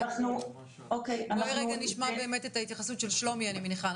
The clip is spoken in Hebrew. אנחנו נשמע את ההתייחסות של שלומי.